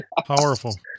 powerful